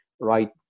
right